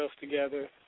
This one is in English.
together